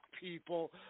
people